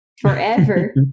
forever